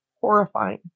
horrifying